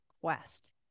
Quest